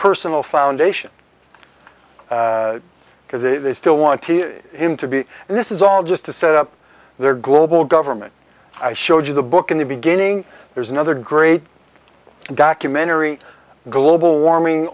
personal foundation because the they still want him to be and this is all just to set up their global government i showed you the book in the beginning there's another great documentary global warming